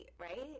right